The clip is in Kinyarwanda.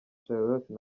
charlotte